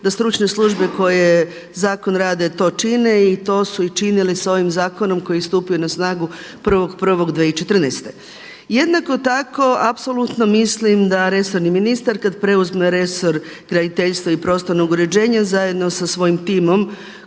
da stručne službe koje zakon rade to čine i to su i činili sa ovim zakonom koji je stupio na snagu 1.1.2014. Jednako tako apsolutno mislim da resorni ministar kad preuzme resor graditeljstva i prostornog uređenja zajedno sa svojim timom